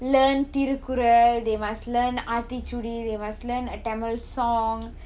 learn thirukkural they must learn aathichoodi they must learn a tamil song